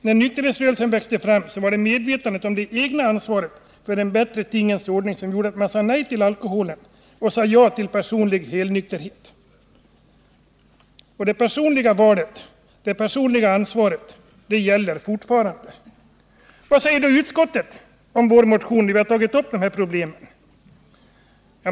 När nykterhetsrörelsen växte fram var det medvetandet om det egna ansvaret för en bättre tingens ordning som gjorde att man sade nej till alkohol och ja till personlig helnykterhet. Det personliga valet och det personliga ansvaret gäller fortfarande. Vad säger då utskottet om vår motion, där vi har tagit upp de här problemen?